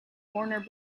warner